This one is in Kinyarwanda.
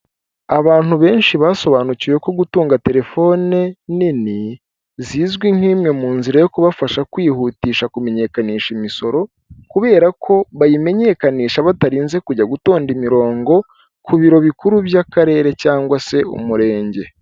Abantu benshi basobanukiwe ko gutunga terefone nini, zizwi nk'imwe mu nzira yo kubafasha kwihutisha kumenyekanisha imisoro kubera ko bayimenyekanisha batarinze kujya gutonda imirongo, ku biro bikuru by'akarere cyangwa se umurenge.